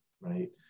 right